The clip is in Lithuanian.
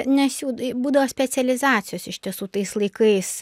nes jau būdavo specializacijos iš tiesų tais laikais